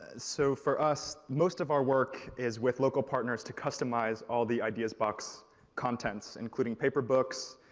so for us, most of our work is with local partners to customize all the ideas box contents including paper books,